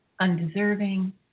undeserving